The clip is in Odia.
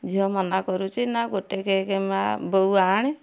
ଝିଅ ମନାକରୁଛି ନା ଗୋଟେ କେକ୍ ମାଁ ବୋଉ ଆଣେ